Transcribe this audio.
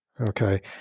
okay